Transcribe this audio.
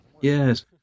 Yes